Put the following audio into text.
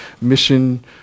mission